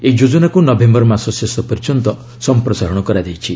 ଏହି ଯୋଜନାକୁ ନଭେମ୍ବର ମାସ ଶେଷ ପର୍ଯ୍ୟନ୍ତ ସମ୍ପ୍ରସାରଣ କରାଯାଇଛି